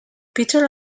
peter